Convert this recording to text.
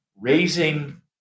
raising